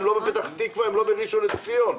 לא בפתח תקווה ולא בראשון לציון.